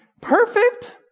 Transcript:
perfect